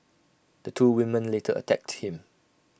the two women later attacked him